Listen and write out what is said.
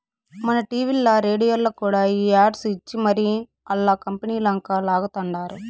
మన టీవీల్ల, రేడియోల్ల కూడా యాడ్స్ ఇచ్చి మరీ ఆల్ల కంపనీలంక లాగతండారు